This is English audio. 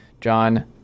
john